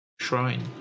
shrine